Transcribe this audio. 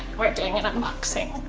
doing an unboxing.